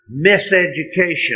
miseducation